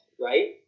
right